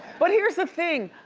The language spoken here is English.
but here's the thing,